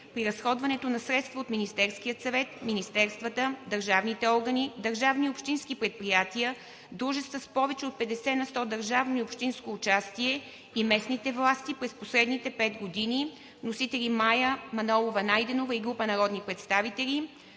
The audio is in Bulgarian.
при разходването на средства от Министерския съвет, министерствата, държавните органи, държавни и общински предприятия, дружества с повече от 50 на сто държавно и общинско участие и местните власти през последните 5 години. Вносители – Мая Манолова-Найденова и група народни представители.